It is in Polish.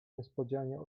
niespodzianie